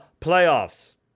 playoffs